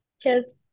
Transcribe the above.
Cheers